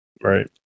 Right